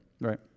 Right